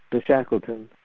the shackleton,